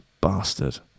bastard